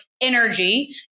energy